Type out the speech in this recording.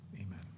Amen